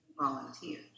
volunteers